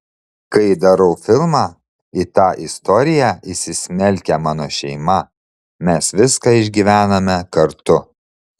kai darau filmą į tą istoriją įsismelkia mano šeima mes viską išgyvename kartu